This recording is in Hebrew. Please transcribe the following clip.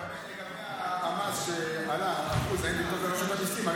לגבי המס שעלה, האחוז, האם לפנות לרשות המיסים?